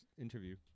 interview